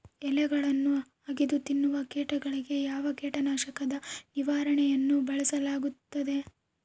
ಎಲೆಗಳನ್ನು ಅಗಿದು ತಿನ್ನುವ ಕೇಟಗಳಿಗೆ ಯಾವ ಕೇಟನಾಶಕದ ನಿರ್ವಹಣೆಯನ್ನು ಬಳಸಲಾಗುತ್ತದೆ?